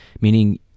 Meaning